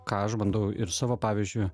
ką aš bandau ir savo pavyzdžiu